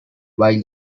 while